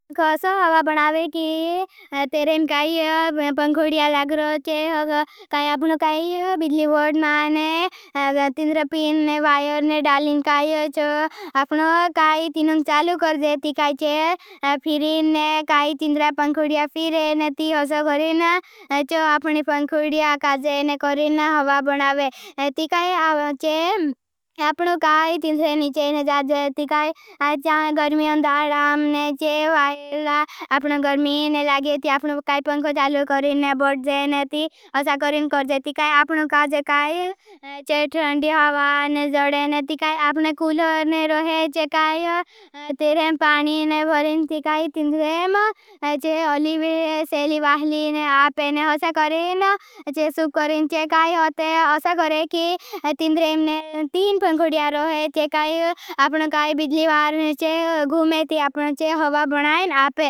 खोसो हवा बनावे की, तेरें काई पंखुडिया लाग रोचे। काई आपनो काई बिदली बोर्ड में तींद्र पीन वायर ने डालिन काई चो। आपनो काई तीनंग चालू कर जे। ती काई चे फीरिन ने काई तींद्र पंखुडिया फीरें ने ती खोसो करें। चो आपने पंखुडिया काई जे ने करें हवा बनावे। ती काई आपनो काई तींद्र ने चे ने जा जे। ती काई जा गर्मी अंदाराम ने चे वायर आपनो गर्मी ने लागे। ती आपनो काई पंखुडिया चालू करें ने बड़ जे ने ती असा करें। कर जे, ती काई आपनो काई जे काई चे। थंदी हवा ने जड़े ने ती काई आपने कूलर ने रोहे चे काई तींद्रेम पानी ने भोरें। ती काई तींद्रेम चे अलिवी सेली बहली ने आपे ने असा करें। चे सूप करें चे काई अते असा करें। की तींद्रेम ने तीन पंखुड करें चे काई। आपनो काई बिदली वार ने चे घुमे ती आपनो चे हवा बनाएं आपे।